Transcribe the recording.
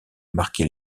marqué